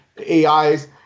AIs